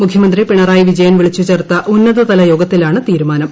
മുഖ്യമന്ത്രി പിണറായി വിജയൻ വിളിച്ചുചേർത്ത ഉന്നതതല യോഗത്തിലാണ് തീരുമാനം